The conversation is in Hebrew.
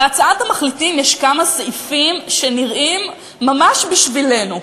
בהצעת המחליטים יש כמה סעיפים שנראים ממש בשבילנו.